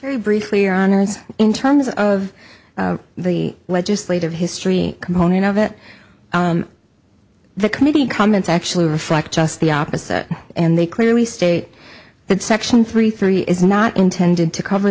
very briefly honors in terms of the legislative history component of it the committee comments actually reflect just the opposite and they clearly state that section three three is not intended to cover